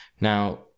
Now